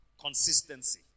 Consistency